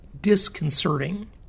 disconcerting